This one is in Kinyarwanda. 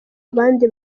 abandi